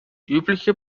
übliche